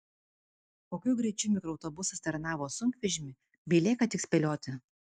kokiu greičiu mikroautobusas taranavo sunkvežimį belieka tik spėlioti